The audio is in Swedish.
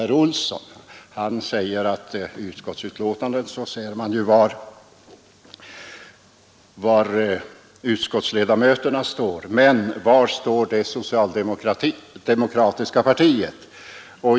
Herr Olsson i Stockholm säger att i utskottsbetänkandet ser man var utskottsledamöterna står — men var står det socialdemokratiska partiet?